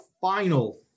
final